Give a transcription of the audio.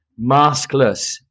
maskless